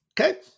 Okay